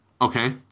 Okay